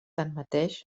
tanmateix